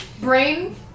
Brain